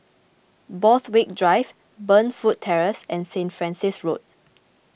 Borthwick Drive Burnfoot Terrace and Saint Francis Road